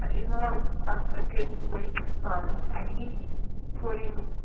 its not a ah ah good way to start i hate putting